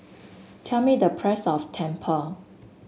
tell me the price of tumpeng